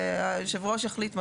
היושב-ראש יחליט מתי,